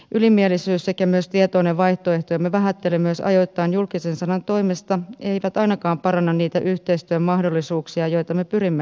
ylimielisyys sekä myös tietoinen vaihtoehtojemme vähättely myös ajoittain julkisen sanan toimesta eivät ainakaan paranna niitä yhteistyömahdollisuuksia joita me pyrimme